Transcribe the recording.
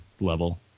level